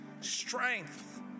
strength